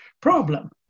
problem